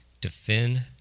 defend